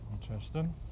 Interesting